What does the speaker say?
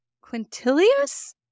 Quintilius